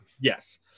yes